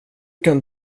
kan